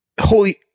holy